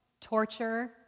torture